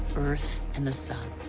earth and the sun.